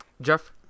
Jeff